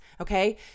Okay